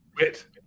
wit